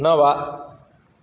नव